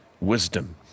wisdom